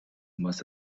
must